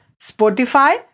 Spotify